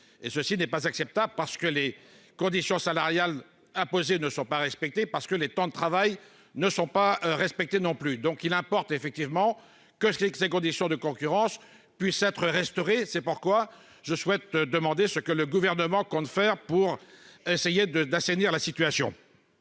ceci n'est pas acceptable, parce que les conditions salariales imposées ne sont pas respectés, parce que les temps de travail ne sont pas respectées non plus donc il importe effectivement que je que ces conditions de concurrence puisse être restaurée, c'est pourquoi je souhaite demander ce que le gouvernement compte faire pour essayer de d'assainir la situation.